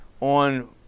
on